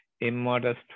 immodest